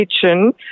kitchen